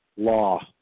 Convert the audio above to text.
Law